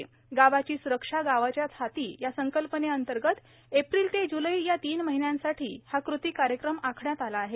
गावाची स्रक्षा गावाच्याच हाती या संकल्पनेअंतर्गत एप्रिल ते ज्लै या तीन महिन्यांसाठी हा कृती कार्यक्रम आखण्यात आला आहे